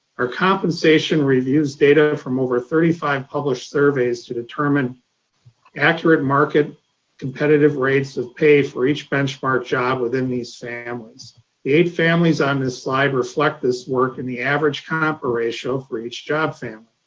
our compensation reviews data from over thirty five published surveys to determine accurate market competitive rates of pay for each benchmark job within these families. the eight families on this slide reflect this work and the average compa ratio for each job family.